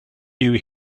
you